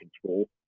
control